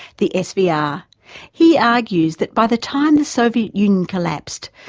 the svr. yeah he argues that by the time the soviet union collapsed,